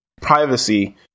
privacy